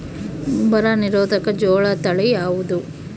ಬರ ನಿರೋಧಕ ಜೋಳ ತಳಿ ಯಾವುದು?